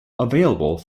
available